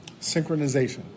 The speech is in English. Synchronization